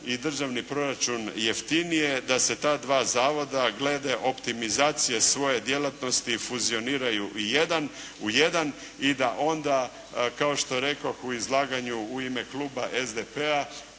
i državni proračun jeftinije da se ta dva zavoda glede optimizacije svoje djelatnosti fuzioniraju u jedan i da onda kao što rekoh u izlaganju u ime kluba SDP-a